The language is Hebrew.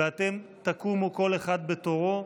ואתם תקומו כל אחד בתורו,